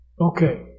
Okay